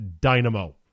Dynamo